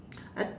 I